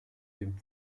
dem